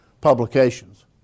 publications